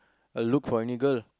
a look for any girl